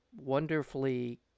wonderfully